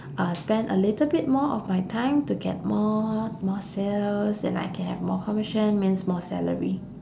uh spend a little bit more of my time to get more more sales then I can have more commission means more salary